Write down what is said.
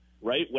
right